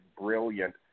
brilliant